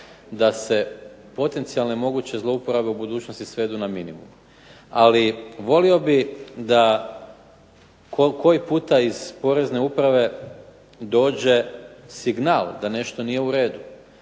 da se potencijalne moguće zlouporabe u budućnosti svedu na minimum. Ali, volio bih da koji puta iz porezne uprave dođe signal da nešto nije u redu.